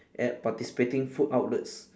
at participating food outlets